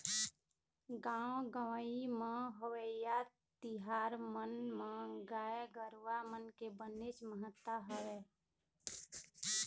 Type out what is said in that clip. गाँव गंवई म होवइया तिहार मन म गाय गरुवा मन के बनेच महत्ता हवय